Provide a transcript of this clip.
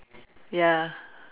ya